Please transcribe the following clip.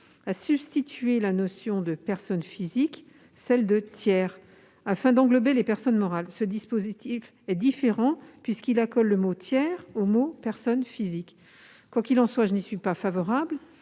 de substituer à la notion de « personnes physiques » celle de « tiers », afin d'inclure les personnes morales. Ce dispositif est donc différent, puisqu'il accole le mot « tiers » à ceux de « personnes physiques ». Quoi qu'il en soit, je n'y suis pas favorable.